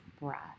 breath